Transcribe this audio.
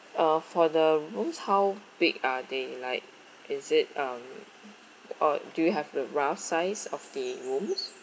uh for the rooms how big are they like is it um or do you have the rough size of the rooms